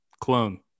clone